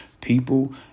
people